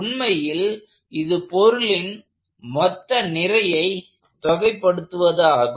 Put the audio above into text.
உண்மையில் இது பொருளின் மொத்த நிறையை தொகைப்படுத்துவதாகும்